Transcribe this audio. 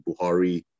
Buhari